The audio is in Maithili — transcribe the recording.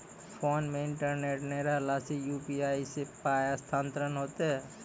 फोन मे इंटरनेट नै रहला सॅ, यु.पी.आई सॅ पाय स्थानांतरण हेतै?